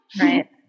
Right